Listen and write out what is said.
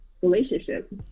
Relationship